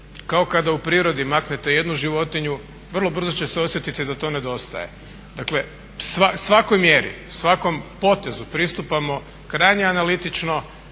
kao kada u prirodi maknete jednu životinju vrlo brzo će se osjetiti da to nedostaje. Dakle svakoj mjeri, svakom potezu pristupamo krajnje analitično